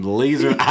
laser